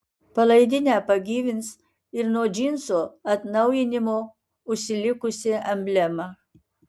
palaidinę pagyvins ir nuo džinsų atnaujinimo užsilikusi emblema